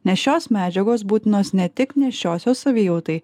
nes šios medžiagos būtinos ne tik nėščiosios savijautai